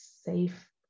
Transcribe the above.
safe